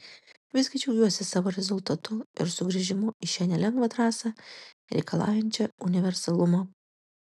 visgi džiaugiuosi savo rezultatu ir sugrįžimu į šią nelengvą trasą reikalaujančią universalumo